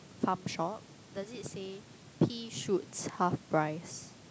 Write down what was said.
Farm Shop does it say pea shoots half price